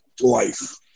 life